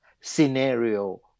scenario